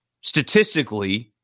statistically –